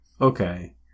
Okay